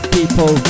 people